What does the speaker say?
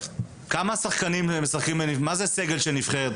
כמה מונה סגל נבחרת?